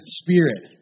spirit